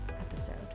episode